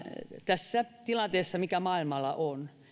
tässä tilanteessa mikä maailmalla on